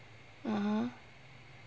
(uh huh)